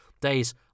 Days